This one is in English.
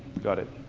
got it.